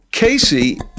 Casey